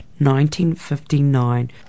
1959